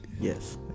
Yes